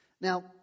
Now